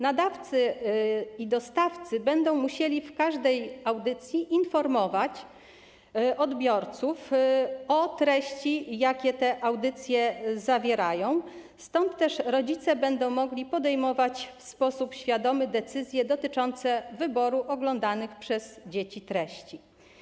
Nadawcy i dostawcy będą musieli w każdej audycji informować odbiorców o treściach, jakie te audycje zawierają, stąd też rodzice będą mogli podejmować w sposób świadomy decyzje dotyczące wyboru oglądanych przez dzieci treści.